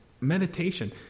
meditation